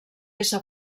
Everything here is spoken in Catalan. ésser